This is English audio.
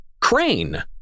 Crane